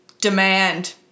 Demand